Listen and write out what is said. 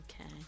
okay